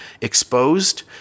exposed